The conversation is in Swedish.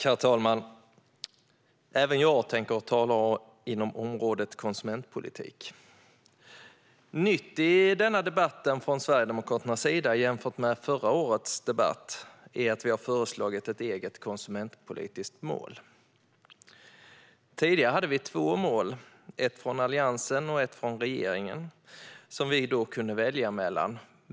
Herr talman! Även jag tänker tala om området konsumentpolitik. Nytt i denna debatt jämfört med förra årets debatt är att Sverigedemokraterna har föreslagit ett eget konsumentpolitiskt mål. Tidigare hade vi två mål, ett från Alliansen och ett från regeringen, som vi kunde välja mellan.